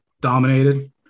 dominated